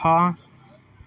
ਹਾਂ